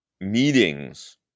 meetings